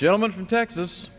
gentleman from texas